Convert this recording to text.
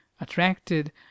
attracted